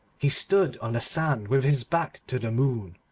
he stood on the sand with his back to the moon,